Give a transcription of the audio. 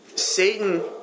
Satan